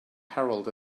herald